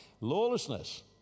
Lawlessness